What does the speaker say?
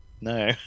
No